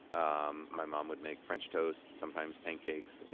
um my mom would make french toast, sometimes pancakes,